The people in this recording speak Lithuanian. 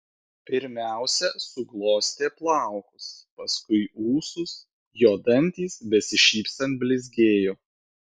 pirmiausia suglostė plaukus paskui ūsus jo dantys besišypsant blizgėjo